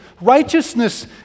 righteousness